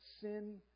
sin